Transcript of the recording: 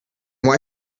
why